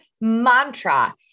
mantra